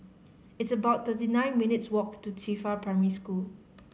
it's about thirty nine minutes' walk to Qifa Primary School